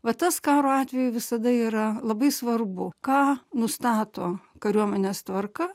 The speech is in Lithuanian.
va tas karo atveju visada yra labai svarbu ką nustato kariuomenės tvarka